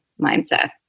mindset